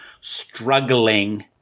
struggling